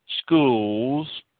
schools